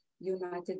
United